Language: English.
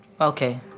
Okay